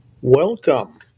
Welcome